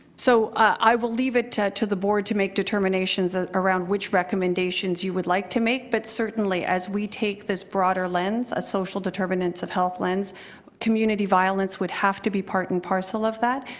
so i will leave it to to the board to make determinations ah around which recommendations you would like to make, but certainly as we take this broader lens a social determinants of health lens community violence would have to be part and par parcel of that.